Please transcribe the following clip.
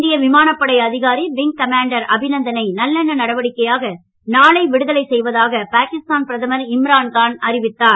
இந்திய விமானப்படை அதிகாரி விங் கமாண்டர் அபிநந்தனை நல்லெண்ண நடவடிக்கையாக நாளை விடுதலை செய்வதாக பாகிஸ்தான் பிரதமர் இம்ரான்கான் அறிவித்தார்